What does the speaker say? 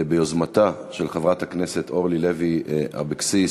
ביוזמתה של חברת הכנסת אורלי לוי אבקסיס.